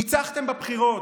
ניצחתם בבחירות.